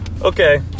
Okay